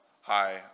Hi